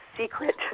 secret